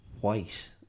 white